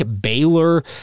Baylor